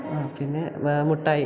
ആ പിന്നെ വേറെ മുട്ടായി